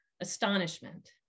astonishment